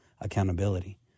accountability